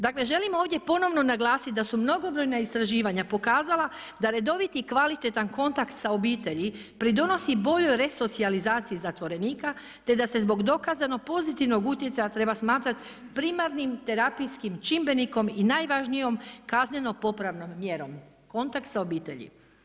Dakle, želim ovdje ponovno naglasiti da su mnogobrojna istraživanja pokazala da redoviti i kvalitetan kontakt s obitelji, pridonosi boljoj resocijalizaciji zatvorenika, te da se zbog dokazanog pozitivnog utjecaja treba smatrati primarnim terapijskim čimbenikom i najvažnijom kaznenom popravnom mjerom, kontakt s obitelji.